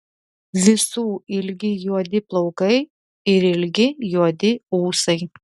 visų ilgi juodi plaukai ir ilgi juodi ūsai